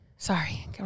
Sorry